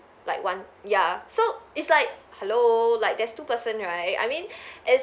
like one ya so it's like hello like there's two person right I mean it's